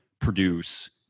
produce